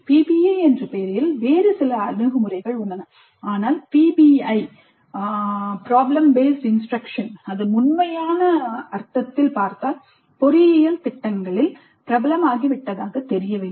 PBI என்ற பெயரில் வேறு சில அணுகுமுறைகள் உள்ளன ஆனால் PBI அதன் உண்மையான அர்த்தத்தில் பார்த்தால் பொறியியல் திட்டங்களில் பிரபலமாகிவிட்டதாகத் தெரியவில்லை